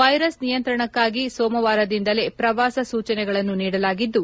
virus ನಿಯಂತ್ರಣಕ್ಕಾಗಿ ಸೋಮವಾರದಿಂದಲೇ ಪ್ರವಾಸ ಸೂಚನೆಗಳನ್ನು ನೀಡಲಾಗಿದ್ದು